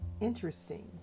interesting